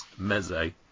meze